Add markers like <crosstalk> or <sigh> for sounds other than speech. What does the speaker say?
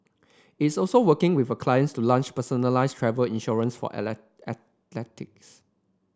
is also working with a clients to launch personalised travel insurance for <unintelligible>